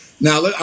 Now